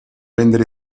rendere